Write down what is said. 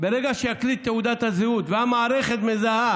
ברגע שיקליד את תעודת הזהות והמערכת מזהה